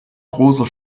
großer